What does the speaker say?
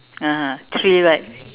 (uh huh) three right